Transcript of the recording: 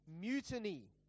mutiny